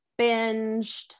binged